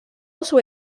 also